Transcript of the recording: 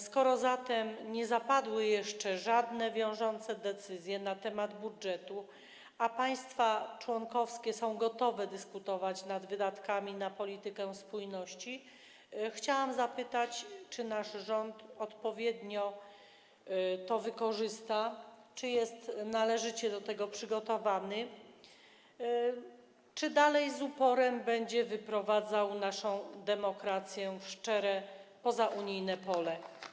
Skoro zatem nie zapadły jeszcze żadne wiążące decyzje na temat budżetu, a państwa członkowskie są gotowe dyskutować nad wydatkami na politykę spójności, chciałabym zapytać, czy nasz rząd odpowiednio to wykorzysta, czy jest należycie do tego przygotowany, czy dalej z uporem będzie wyprowadzał naszą demokrację w szczere, pozaunijne pole.